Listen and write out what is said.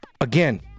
Again